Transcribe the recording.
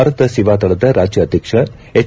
ಭಾರತ ಸೇವಾದಳದ ರಾಜ್ಯ ಅಧ್ಯಕ್ಷ ಎಚ್